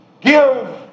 Give